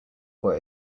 boy